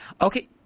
Okay